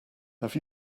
have